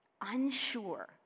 unsure